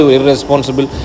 irresponsible